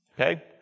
Okay